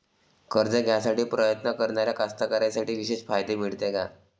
कर्ज घ्यासाठी प्रयत्न करणाऱ्या कास्तकाराइसाठी विशेष फायदे मिळते का?